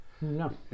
No